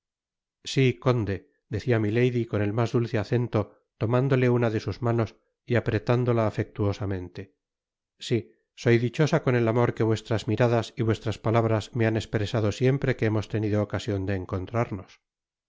si conde decia milady con el mas dulce acento tomándole una de sus manos y apretándola afectuosamente si soy dichosa con et amor que vuestras miradas y vuestras palabras me han espresado siempre que hemos tenido ocasion de encontrarnos